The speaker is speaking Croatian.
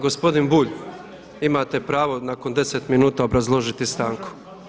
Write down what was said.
Gospodin Bulj imate pravo nakon deset minuta obrazložiti stanku.